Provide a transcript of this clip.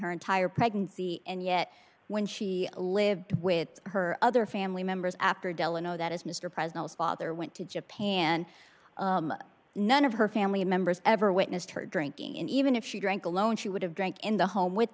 her entire pregnancy and yet when she lived with her other family members after della know that as mr president's father went to japan none of her family members ever witnessed her drinking and even if she drank alone she would have drank in the home with